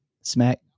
Smack